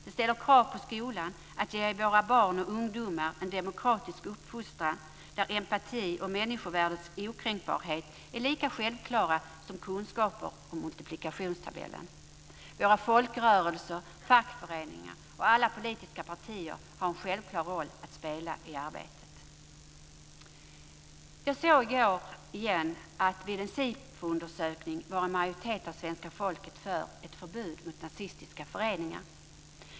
Det ställer krav på skolan att ge våra barn och ungdomar en demokratisk uppfostran där empati och människovärdets okränkbarhet är lika självklara som kunskaper om multiplikationstabellen. Våra folkrörelser, fackföreningar och alla politiska partier har en självklar roll att spela i arbetet. Jag såg i går en Sifoundersökning som visade att en majoritet av svenska folket var för ett förbud mot nazistiska föreningar.